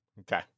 Okay